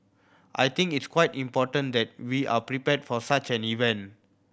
I think it's quite important that we are prepared for such an event